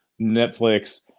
Netflix